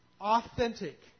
authentic